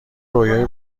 رویای